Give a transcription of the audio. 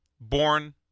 born